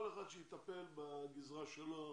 כל אחד שיטפל בגזרה שלו.